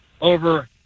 over